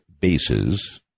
bases